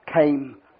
came